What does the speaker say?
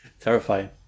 Terrifying